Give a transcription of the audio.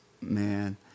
man